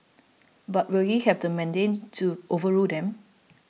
but will he have the mandate to overrule them